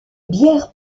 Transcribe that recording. bières